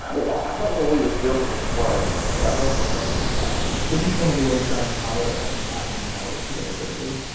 i yeah i think when we was building the swing you know, i built a swing for tyler this is one of the ways john and tyler have been passing the hours together lately.